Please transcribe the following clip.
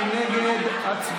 מי נגד?